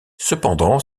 cependant